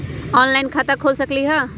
Online खाता खोल सकलीह?